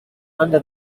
under